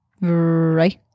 Right